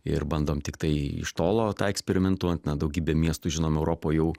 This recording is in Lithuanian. ir bandom tiktai iš tolo tą eksperimentuojant na daugybė miestų žinoma europa jau